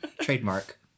Trademark